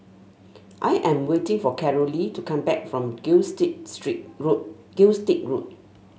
I am waiting for Carolee to come back from Gilstead Street Road Gilstead Road